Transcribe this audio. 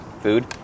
food